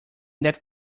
that